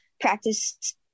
practice